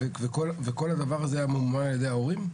וכל הדבר הזה היה ממומן על ידי ההורים?